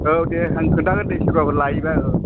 औ दे आं खोन्थागोन दे सोरबाफोर लायो खोमा